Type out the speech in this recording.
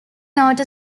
note